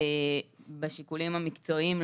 משיקולים מקצועיים,